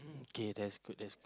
okay that's good that's good